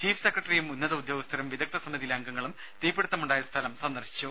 chief സെക്രട്ടറിയും ഉന്നത ഉദ്യോഗസ്ഥരും വിദഗ്ധ സമിതിയിലെ അംഗങ്ങളും തീപിടിത്തമുണ്ടായ സ്ഥലം സന്ദർശിച്ചു